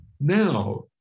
Now